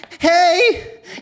Hey